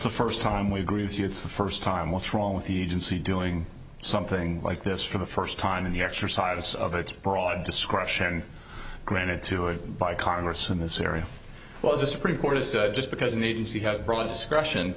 the first time we agree with you it's the first time what's wrong with the agency doing something like this for the first time in the exercise of its broad discretion granted to it by congress in this area well as the supreme court has just because an agency has broad discretion